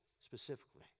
Specifically